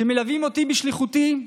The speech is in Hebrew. שמלווים אותי בשליחותי,